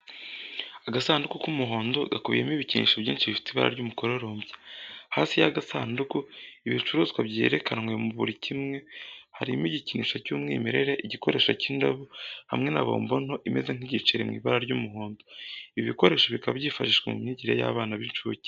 Agasanduku k'umuhondo gakubiyemo ibikinisho byinshi bifite ibara ry'umukororombya. Hasi y'agasanduku, ibicuruzwa byerekanwe buri kimwe, harimo igikinisho cy'umwimerere, igikoresho cy'indobo, hamwe na bombo nto, imeze nk'igiceri mu ibara ry'umuhondo. Ibi bikoresho bikaba byifashishwa mu myigire y'abana b'incuke.